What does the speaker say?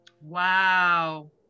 Wow